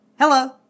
Hello